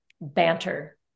banter